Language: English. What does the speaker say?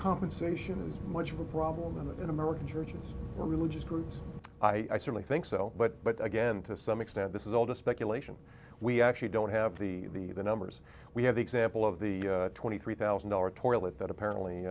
compensation is much of a problem in the american churches or religious groups i certainly think so but but again to some extent this is all the speculation we actually don't have the the numbers we have the example of the twenty three thousand dollar toilet that apparently